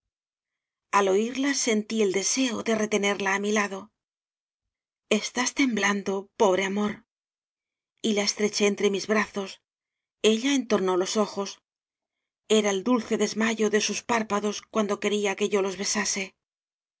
al oirla sentí el deseo de retenerla á mi lado estás temblando pobre amor y la estreché entre mis brazos ella en tornó los ojos era el dulce desmayo de sus párpados cuando quería que yo los besase